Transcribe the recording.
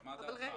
מה דעתך?